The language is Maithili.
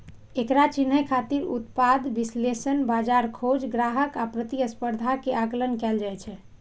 एकरा चिन्है खातिर उत्पाद विश्लेषण, बाजार खोज, ग्राहक आ प्रतिस्पर्धा के आकलन कैल जाइ छै